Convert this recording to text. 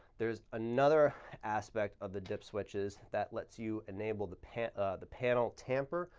there is another aspect of the dip switches that lets you enable the panel the panel tamper.